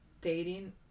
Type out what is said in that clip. dating